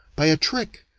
by a trick,